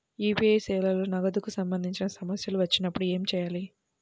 UPI సేవలలో నగదుకు సంబంధించిన సమస్యలు వచ్చినప్పుడు ఏమి చేయాలి?